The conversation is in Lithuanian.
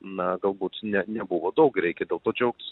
na galbūt ne nebuvo daug ir reikia dėl to džiaugtis